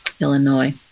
Illinois